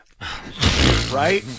right